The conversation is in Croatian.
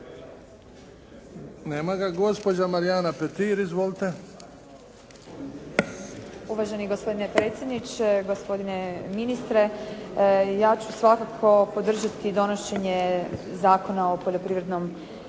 Nema ga. Gospođa Marijana Petir. Izvolite. **Petir, Marijana (HSS)** Uvaženi gospodine predsjedniče, gospodine ministre. Ja ću svakako podržati donošenje Zakona o poljoprivrednom zemljištu